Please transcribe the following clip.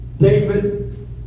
David